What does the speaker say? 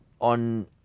on